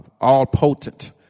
all-potent